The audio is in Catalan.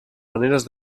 maneres